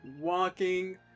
walking